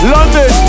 London